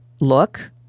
look